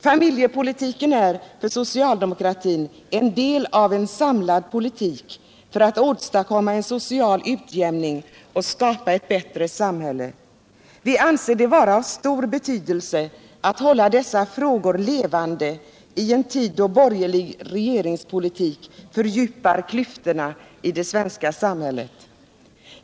Familjepolitiken är för socialdemokratin en del av en samlad politik för att åstadkomma en social utjämning och skapa ett bättre samhälle. Vi anser det vara av stor betydelse att hålla dessa frågor levande i en tid då en borgerlig regeringspolitik fördjupar klyftorna i det svenska samhället.